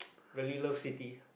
really love city